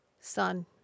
son